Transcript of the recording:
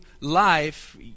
life